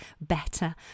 better